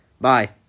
Bye